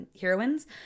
heroines